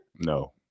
No